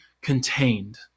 contained